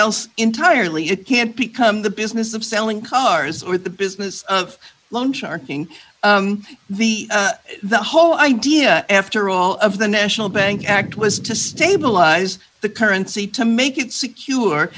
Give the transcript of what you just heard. else entirely it can't become the business of selling cars or the business of loan sharking the the whole idea after all of the national bank act was to stabilize the currency to make it secure